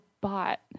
bought